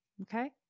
okay